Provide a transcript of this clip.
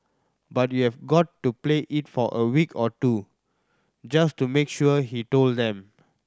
but you have got to play it for a week or two just to make sure he told them